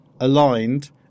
aligned